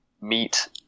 meet